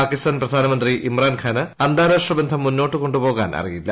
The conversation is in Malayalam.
പാകിസ്സ്മാൻ പ്രധാനമന്ത്രി ഇമ്രാൻഖാന് അന്താരാഷ്ട്ര ബന്ധം മുന്നോട്ട് കൊണ്ടുപോകാൻ അറിയില്ല